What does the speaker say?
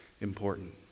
important